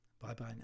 Bye-bye